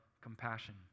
compassion